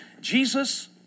Jesus